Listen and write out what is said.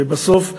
ובסוף,